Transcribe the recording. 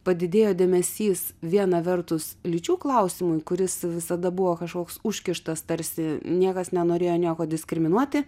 padidėjo dėmesys viena vertus lyčių klausimui kuris visada buvo kažkoks užkištas tarsi niekas nenorėjo nieko diskriminuoti